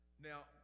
Now